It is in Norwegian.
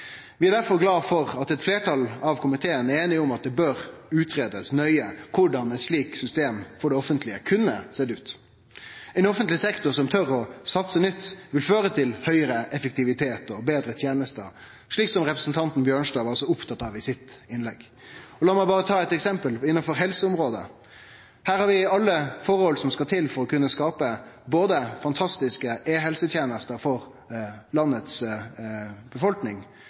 Vi er derfor glade for at eit fleirtal i komiteen er einig om at det bør utgreiast nøye korleis eit slikt system for det offentlege kunne sett ut. Ein offentleg sektor som tør å satse nytt, vil føre til høgare effektivitet og betre tenester, slik representanten Bjørnstad var så opptatt av i sitt innlegg. Lat meg berre ta eit eksempel innanfor helseområdet: Her har vi alle forhold som skal til for å kunne skape fantastiske e-helsetenester for landets befolkning.